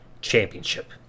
Championship